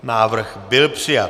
Návrh byl přijat.